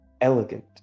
Elegant